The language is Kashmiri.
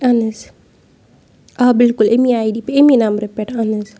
اہن حظ آ بِلکُل امی آی ڈی پی امی نمبرٕ پٮ۪ٹھ اہن حظ